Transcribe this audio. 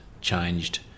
changed